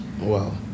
wow